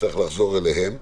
נצטרך לחזור אליהם.